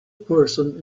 person